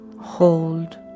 hold